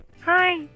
Hi